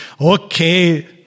okay